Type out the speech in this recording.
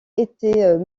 était